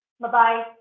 Bye-bye